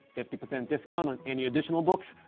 fifty percent discount on any additional books,